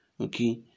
okay